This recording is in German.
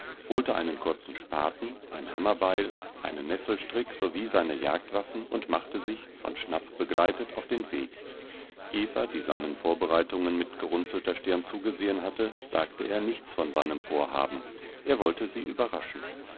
holte einen kurzen spaten ein hammerbeil einen nesselstrick sowie seine jagdwaffen und machte sich von schnapp begleitet auf den weg eva die seinen vorbereitungen mit gerunzelter stirn zugesehen hatte sagte er nichts von seinem vorhaben er wollte sie überraschen